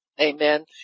Amen